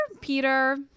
Peter